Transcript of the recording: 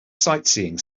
sightseeing